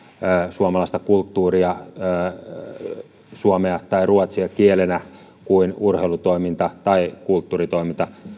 suomalaista kulttuuria ja suomea tai ruotsia kielenä kuin urheilutoiminta tai kulttuuritoiminta